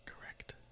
Correct